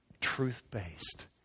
truth-based